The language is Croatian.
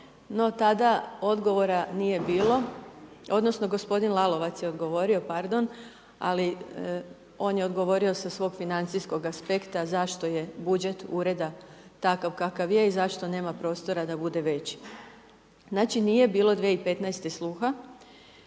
No tada odgovora nije bilo, odnosno gospodin Lalovac je odgovorio, pardon, ali on je odgovorio sa svog financijskog aspekta zašto je budžet ureda takav kakav je i zašto nema prostora da bude veći. Znači nije bilo 2015. sluha,